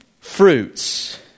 fruits